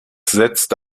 setzte